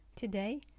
Today